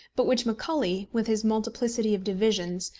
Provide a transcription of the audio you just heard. but which macaulay, with his multiplicity of divisions,